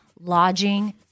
lodging